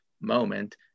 moment